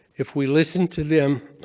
if we listen to them,